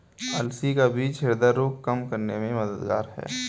अलसी का बीज ह्रदय रोग कम करने में मददगार है